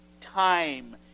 time